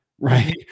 right